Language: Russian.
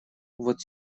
вот